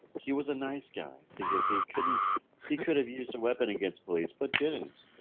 he was a nice guy because he couldn't he could have used a weapon against police, but didn't